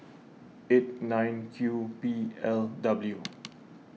eight nine Q P L W